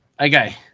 okay